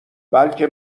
بلکه